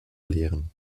lehren